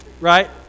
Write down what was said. right